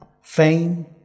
fame